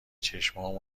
چشمام